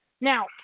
Now